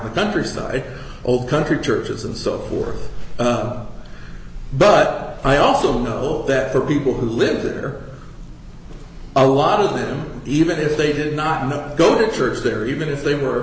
the countryside old country churches and so forth but i also know that for people who live there a lot of them even if they did not go to church there even if they were